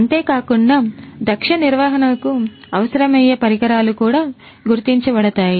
అంతేకాకుండా దక్ష నిర్వహణకు అవసరమయ్యే పరికరాలు కూడా గుర్తించబడతాయి